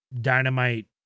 Dynamite